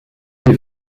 est